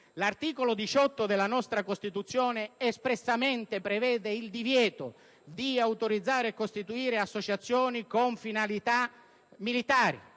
l'articolo 18 della nostra Costituzione prevede espressamente il divieto di autorizzare e costituire associazioni con finalità militari